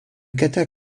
kata